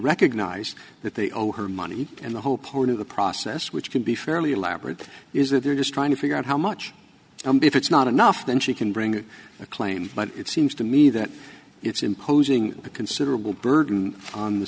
recognize that they owe her money and the whole point of the process which can be fairly elaborate is that they're just trying to figure out how much if it's not enough then she can bring a claim but it seems to me that it's imposing a considerable burden on the